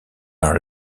are